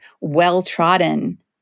well-trodden